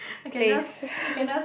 place